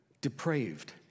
depraved